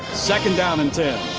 second down and ten.